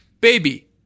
baby